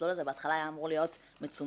המסלול הזה בהתחלה היה אמור להיות מצומצם,